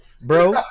bro